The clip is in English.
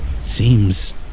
Seems